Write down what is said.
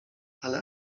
ale